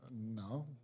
No